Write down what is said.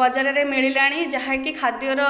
ବଜାରରେ ମିଳିଲାଣି ଯାହାକି ଖାଦ୍ୟର